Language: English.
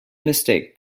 mistake